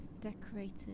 decorated